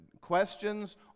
questions